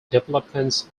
developments